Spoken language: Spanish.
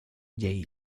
yale